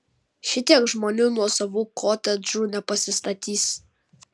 šitiek žmonių nuosavų kotedžų nepasistatys